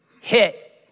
Hit